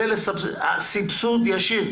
סבסוד ישיר.